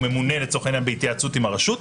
ממונה לצורך העניין בהתייעצות עם הרשות.